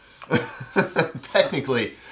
technically